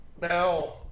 now